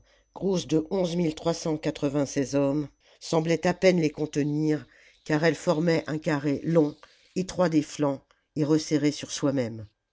grosse de onze mille hommes semblait à peine les contenir car elle formait un carré long étroit des flancs et resserré sur soi-même